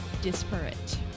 Disparate